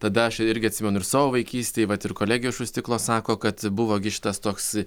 tada aš irgi atsimenu ir savo vaikystėj vat ir kolegė iš už stiklo sako kad buvo gi šitas toks